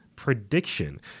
Prediction